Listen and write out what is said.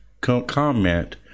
comment